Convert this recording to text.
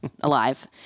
alive